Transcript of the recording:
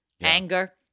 anger